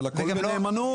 אבל כל הכסף בנאמנות.